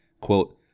Quote